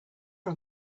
for